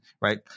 right